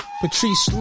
Patrice